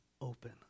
open